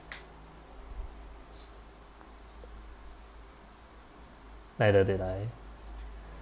neither did I